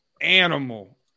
animal